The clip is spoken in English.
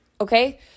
okay